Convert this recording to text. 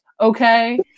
okay